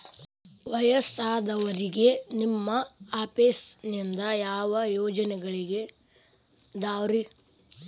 ವಯಸ್ಸಾದವರಿಗೆ ನಿಮ್ಮ ಆಫೇಸ್ ನಿಂದ ಯಾವ ಯೋಜನೆಗಳಿದಾವ್ರಿ?